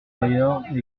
d’ailleurs